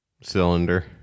Cylinder